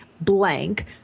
blank